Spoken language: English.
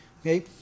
Okay